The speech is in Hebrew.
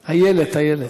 איילת, איילת.